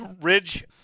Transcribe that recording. Ridge